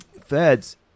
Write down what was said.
feds